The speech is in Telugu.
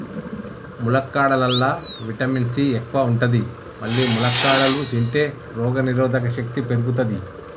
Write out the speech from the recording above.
ములక్కాడలల్లా విటమిన్ సి ఎక్కువ ఉంటది మల్లి ములక్కాడలు తింటే రోగనిరోధక శక్తి పెరుగుతది